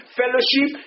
fellowship